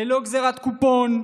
ללא גזירת קופון.